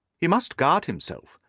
he must guard himself,